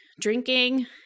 drinking